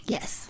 Yes